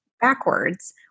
backwards